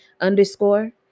underscore